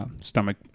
stomach